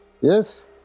yes